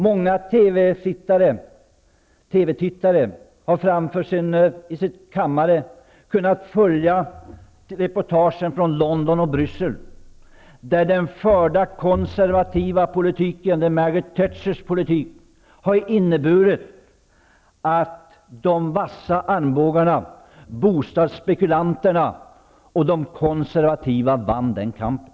Många TV tittare har i sin kammare kunnat följa reportagen från London och Bryssel, där den förda konservativa politiken -- Margaret Thatchers politik -- har inneburit att de vassa armbågarna, bostadsspekulanterna och de konservativa vann kampen.